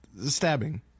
stabbing